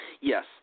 Yes